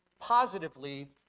positively